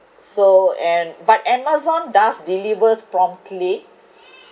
so and but amazon does delivers promptly